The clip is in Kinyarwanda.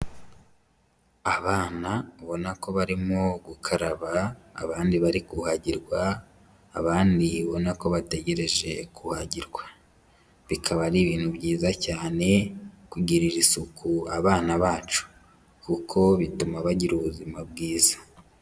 Abana ubona ko barimo gukaraba, abandi bari kuhagirwa, abandi ubona ko bategereje kuhagirwa. Bikaba ari ibintu byiza cyane kugirira isuku abana bacu kuko bituma bagira ubuzima bwiza.